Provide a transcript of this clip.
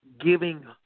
giving